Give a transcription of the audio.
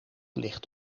ligt